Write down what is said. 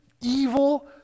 evil